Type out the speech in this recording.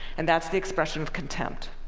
and that's the expression of contempt.